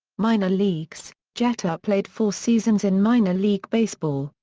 minor leagues jeter played four seasons in minor league baseball,